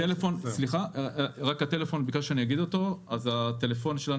מספר הטלפון שלנו